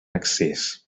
excés